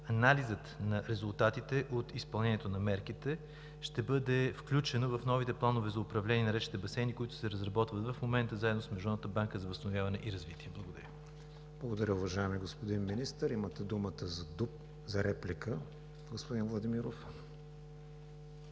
Анализът на резултатите от изпълнението на мерките ще бъде включен в новите планове за управление на речните басейни, които се разработват в момента, заедно с Международната банка за възстановяване и развитие. Благодаря. ПРЕДСЕДАТЕЛ КРИСТИАН ВИГЕНИН: Благодаря, уважаеми господин Министър. Имате думата за реплика, господин Владимиров.